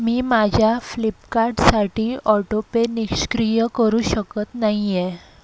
मी माझ्या फ्लिपकार्टसाठी ऑटोपे निष्क्रिय करू शकत नाही आहे